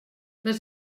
les